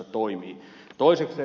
toisekseen täällä ed